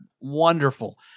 wonderful